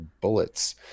bullets